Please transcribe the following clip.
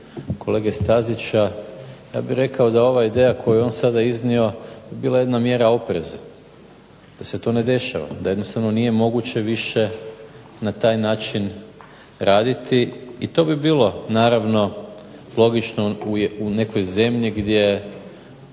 kolege Stazića, ja bih rekao da ova ideja koju je on sada iznio bila jedna mjera opreza da se to ne dešava, da jednostavno nije moguće više na taj način raditi. I to bi bilo logično u nekoj zemlji gdje